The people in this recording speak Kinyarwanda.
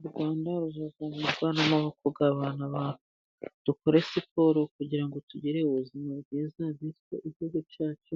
U Rwanda ruzavugururwa n'amaboko y'abana barwo, dukora siporo kugira ngo tugire ubuzima bwiza, bityo igihugu cyacu